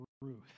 Ruth